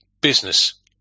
business